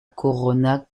corona